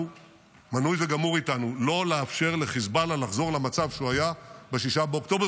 מנוי וגמור איתנו לא לאפשר לחיזבאללה לחזור למצב שהוא היה ב-6 באוקטובר.